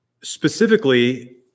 specifically